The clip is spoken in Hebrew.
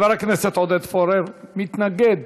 חבר הכנסת עודד פורר מתנגד